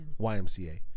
YMCA